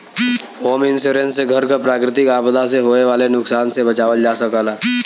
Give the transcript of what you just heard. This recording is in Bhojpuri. होम इंश्योरेंस से घर क प्राकृतिक आपदा से होये वाले नुकसान से बचावल जा सकला